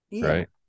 Right